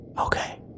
Okay